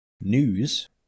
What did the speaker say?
news